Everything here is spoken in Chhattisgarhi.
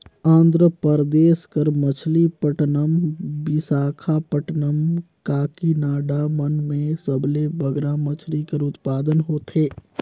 आंध्र परदेस कर मछलीपट्टनम, बिसाखापट्टनम, काकीनाडा मन में सबले बगरा मछरी कर उत्पादन होथे